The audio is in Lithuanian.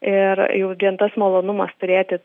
ir jau vien tas malonumas turėti